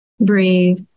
breathe